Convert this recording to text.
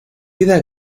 vida